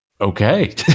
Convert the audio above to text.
Okay